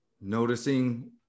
noticing